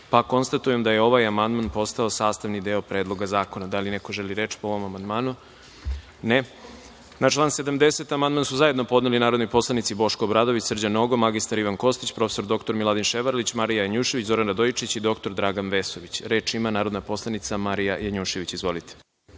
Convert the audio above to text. Srbije. Konstatujem da je ovaj amandman postao sastavni deo Predloga zakona. Da li neko želi reč po ovom amandmanu? (Ne.)Na član 70. amandman su zajedno podneli narodni poslanici Boško Obradović, Srđan Nogo, mr Ivan Kostić, prof. dr Miladin Ševarlić, Marija Janjušević, Zoran Radojičić i dr Dragan Vesović. Reč ima narodna poslanica Marija Janjušević. Izvolite.